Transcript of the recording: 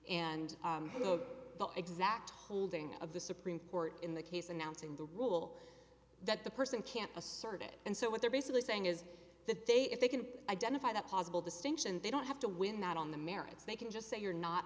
holding of the supreme court in the case announcing the rule that the person can't assert it and so what they're basically saying is that they if they can identify the possible distinction they don't have to win that on the merits they can just say you're not